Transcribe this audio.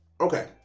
Okay